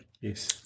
Yes